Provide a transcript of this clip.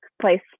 place